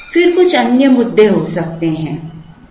फिर कुछ अन्य मुद्दे हो सकते हैं